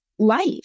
life